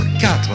quatre